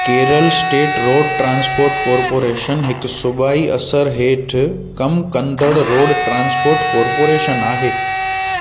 Kerala state road transport corporation हिकु सूबाई असर हेठि कमु कंदड़ रोड ट्रांसपोर्ट कॉर्पोरेशन आहे